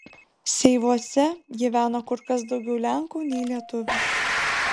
seivuose gyveno kur kas daugiau lenkų nei lietuvių